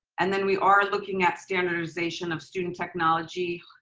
and then we are looking at standardization of student technology,